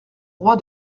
roi